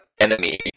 enemy